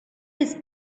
his